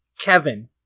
Kevin